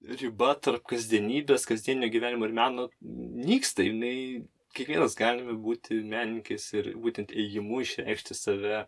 riba tarp kasdienybės kasdienio gyvenimo ir meno nyksta jinai kiekvienas galime būti menininkais ir būtent įėjimu išreikšti save